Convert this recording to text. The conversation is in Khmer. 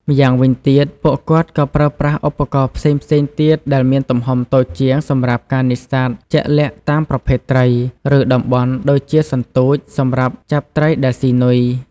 ម្យ៉ាងវិញទៀត ពួកគាត់ក៏ប្រើប្រាស់ឧបករណ៍ផ្សេងៗទៀតដែលមានទំហំតូចជាងសម្រាប់ការនេសាទជាក់លាក់តាមប្រភេទត្រី ឬតំបន់ ដូចជា សន្ទូច សម្រាប់ចាប់ត្រីដែលស៊ីនុយ។